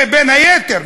בין היתר.